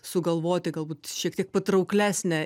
sugalvoti galbūt šiek tiek patrauklesnė